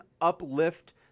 uplift